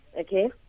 okay